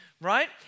right